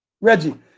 Reggie